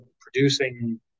producing